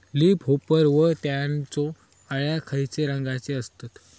Leaf hopper व त्यानचो अळ्या खैचे रंगाचे असतत?